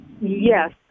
Yes